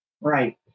Right